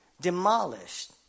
Demolished